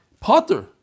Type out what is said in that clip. potter